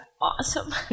awesome